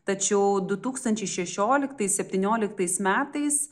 tačiau du tūkstančiai šešioliktais septynioliktais metais